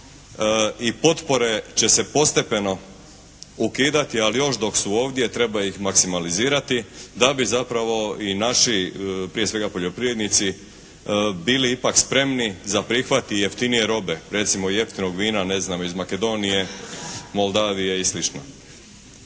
i potpore će se postepeno ukidati, ali još dok su ovdje treba ih maksimalizirati da bi zapravo i naši prije svega poljoprivrednici bili ipak spremni za prihvat i jeftinije robe, recimo jeftinog vina ne znam iz Makedonije, Moldavije i sl.